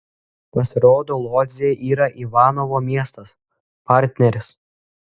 pasirodo lodzė yra ivanovo miestas partneris